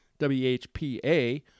WHPA